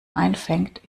einfängt